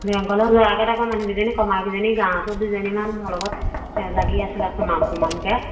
বেংকলৈ যোৱাৰ আগতে আকৌ মানুহ কেইজনী কমাকেইজনী গাঁৱতো দুজনীমান মোৰ লগত লাগি আছিলে সোমাম সোমামকৈ